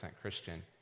Christian